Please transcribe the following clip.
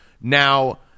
Now